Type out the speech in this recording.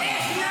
על אפך ועל